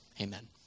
Amen